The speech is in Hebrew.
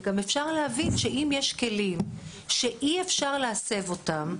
אבל אפשר גם להבין שאם יש כלים שאי אפשר להסב אותם,